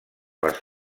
les